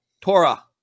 Torah